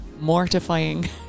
mortifying